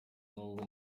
n’ubwo